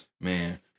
Man